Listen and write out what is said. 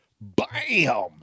BAM